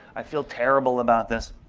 i feel terrible about this.